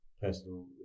personal